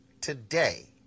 today